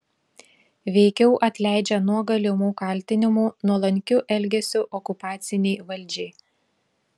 veikiau atleidžia nuo galimų kaltinimų nuolankiu elgesiu okupacinei valdžiai